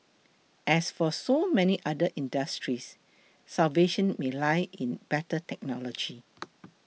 as for so many other industries salvation may lie in better technology